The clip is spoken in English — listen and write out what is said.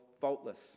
faultless